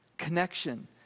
connection